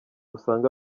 usanga